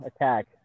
attack